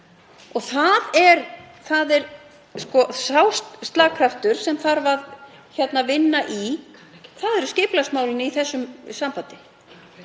Það er sá slagkraftur sem þarf að vinna í. Það eru skipulagsmálin í þessu sambandi,